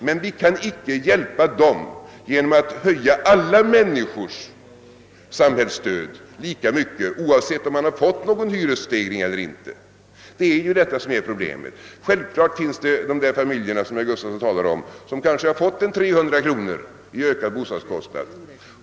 Men vi kan icke hjälpa dem genom att höja alla människors samhällsstöd lika mycket, oavsett om vederbörande fått någon hyresstegring eller inte. Det är detta som är problemet. Självklart finns dessa familjer som herr Gustavsson talar om och som kanske har fått 300 kronor i ökad bostadskostnad.